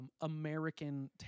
American